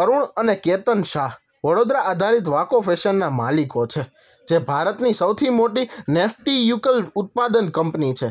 અરુણ અને કેતન શાહ વડોદરા આધારિત વાંકો ફેશનના માલિકો છે જે ભારતની સૌથી મોટી નેફટી યુકલ ઉત્પાદન કંપની છે